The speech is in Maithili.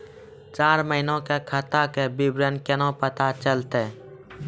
चार महिना के खाता के विवरण केना पता चलतै?